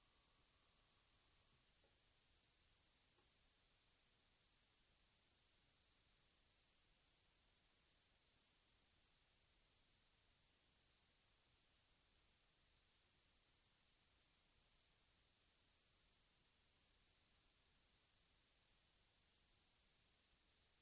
Det kommer med all sannolikhet att begränsa produktionsutrymmet för andra, mindre och medelstora, svenska varv.